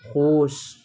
خوش